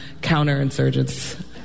counterinsurgents